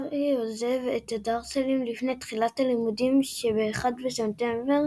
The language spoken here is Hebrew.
הארי עוזב את הדרסלים לפני תחילת הלימודים שבאחד בספטמבר,